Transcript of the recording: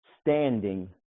standing